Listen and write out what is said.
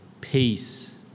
peace